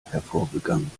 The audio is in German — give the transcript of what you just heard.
hervorgegangen